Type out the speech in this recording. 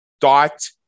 dot